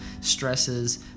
stresses